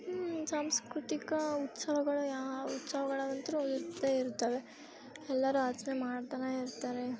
ಹ್ಞೂ ಸಾಂಸ್ಕೃತಿಕ ಉತ್ಸವಗಳು ಯಾವ ಉತ್ಸವಗಳಂತೂ ಇರ್ತೆ ಇರ್ತವೆ ಎಲ್ಲರೂ ಆಚರಣೆ ಮಾಡ್ತಲೇ ಇರ್ತಾರೆ